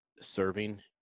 serving